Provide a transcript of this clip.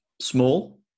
small